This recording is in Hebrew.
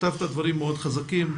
כתבת דברים מאוד חזקים.